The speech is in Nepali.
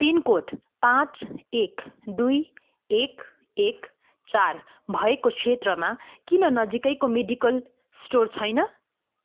पिनकोड पाँच एक दुई एक एक चार भएको क्षेत्रमा किन नजिकैको मेडिकल स्टोर छैन